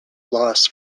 loss